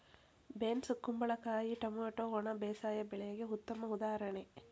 beans ಕುಂಬಳಕಾಯಿ tomato ಒಣ ಬೇಸಾಯ ಬೆಳೆಗೆ ಉತ್ತಮ ಉದಾಹರಣೆ